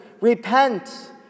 repent